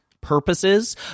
purposes